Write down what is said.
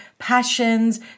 passions